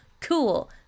Cool